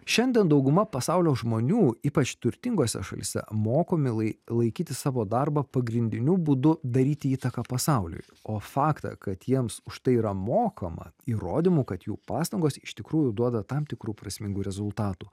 šiandien dauguma pasaulio žmonių ypač turtingose šalyse mokomi lai laikyti savo darbą pagrindiniu būdu daryti įtaką pasauliui o faktą kad jiems už tai yra mokama įrodymų kad jų pastangos iš tikrųjų duoda tam tikrų prasmingų rezultatų